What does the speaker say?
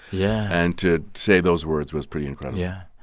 yeah. and to say those words was pretty incredible yeah.